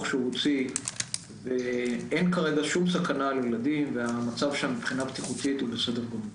שהוא הוציא ואין כרגע שום סכנה לילדים והמצב שם כרגע הוא בסדר גמור.